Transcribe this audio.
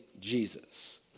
Jesus